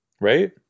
Right